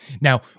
Now